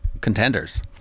contenders